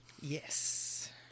Yes